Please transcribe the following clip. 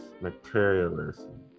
materialism